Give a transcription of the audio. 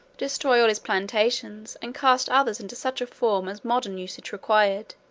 destroy all his plantations, and cast others into such a form as modern usage required,